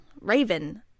Raven